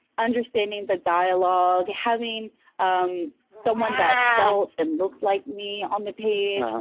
understanding the dialogue, having um someone that felt and looked like me on the page.